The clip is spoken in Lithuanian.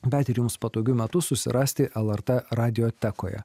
bet ir jums patogiu metu susirasti lrt radiotekoje